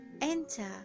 enter